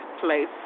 place